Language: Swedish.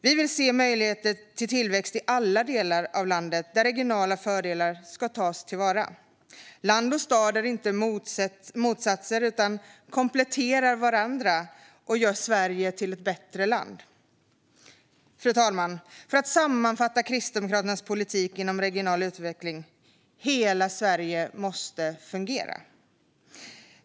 Vi vill se möjligheter till tillväxt i alla delar av landet där regionala fördelar ska tas till vara. Land och stad är inte motsatser utan kompletterar varandra och gör Sverige till ett bättre land. Fru talman! Kristdemokraternas politik inom regional utveckling kan sammanfattas med att hela Sverige måste fungera.